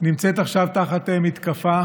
נמצאת עכשיו תחת מתקפה